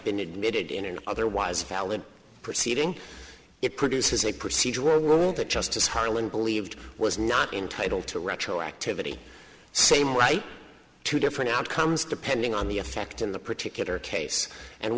been admitted in an otherwise valid proceeding it produces a procedural rule that justice harlan believed was not entitled to retroactivity same right to different outcomes depending on the effect in the particular case and